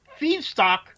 feedstock